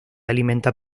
alimenta